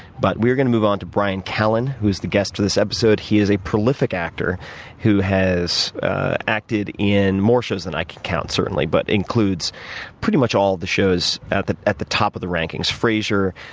but we're going to move onto bryan callen, who is the guest for this episode. he is a prolific actor who has acted in more shows than i could count certainly, but includes pretty much all the shows at the at the top of the rankings frazier,